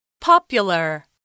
Popular